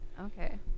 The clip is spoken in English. Okay